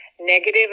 negative